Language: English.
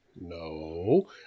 no